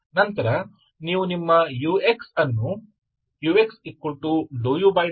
ನಂತರ ನೀವು ನಿಮ್ಮ ux ಅನ್ನು ux∂u∂α